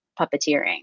puppeteering